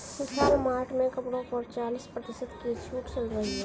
विशाल mart में कपड़ों पर चालीस प्रतिशत की छूट चल रही है